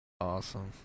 awesome